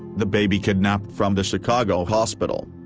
the baby kidnapped from the chicago hospital?